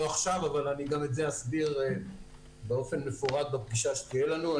לא עכשיו אבל אני גם את זה אסביר באופן מפורט בפגישה שתהיה לנו.